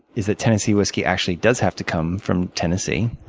is that tennessee whiskey actually does have to come from tennessee.